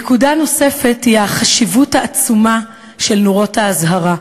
נקודה נוספת היא החשיבות העצומה של נורות האזהרה.